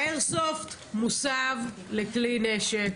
האיירסופט מוסב לכלי נשק